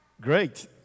Great